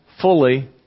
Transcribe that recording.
fully